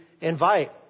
invite